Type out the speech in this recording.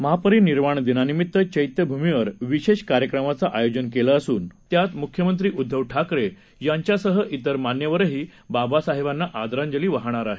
महापरिनिर्वाण दिनानिमित्त चैत्यभूमीवर विशेष कार्यक्रमाचं आयोजन केलं असून त्यात मुख्यमंत्री उद्दव ठाकरे यांच्यासह तेर मान्यवरही बाबासाहेबांना आदरांजली वाहणार आहेत